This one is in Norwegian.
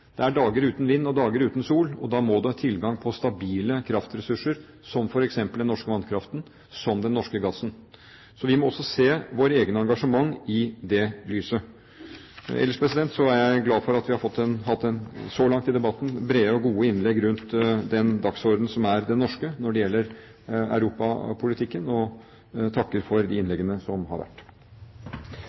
Det er dager uten vind og dager uten sol, og da må det tilgang på stabile kraftressurser til, som f.eks. den norske vannkraften, som den norske gassen. Så vi må også se våre egne engasjement i det lyset. Ellers er jeg glad for at vi så langt i debatten har hatt brede og gode innlegg rundt den dagsorden som er den norske når det gjelder europapolitikken, og takker for de innleggene som har vært.